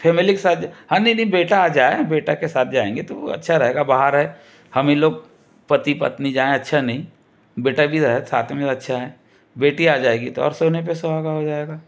family के साथ हाँ नहीं नहीं बेटा आ जाए बेटा के साथ जाएंगे तो अच्छा रहेगा बाहर है हम ही लोग पति पत्नी जाएँ अच्छा नहीं बेटा भी रहे साथ में तो अच्छा है बेटी आ जाएगी तो और सोने पर सुहागा हो जाएगा